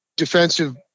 defensive